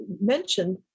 mentioned